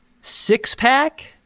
six-pack